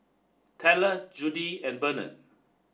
Tella Judi and Bernard